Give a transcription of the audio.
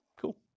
Cool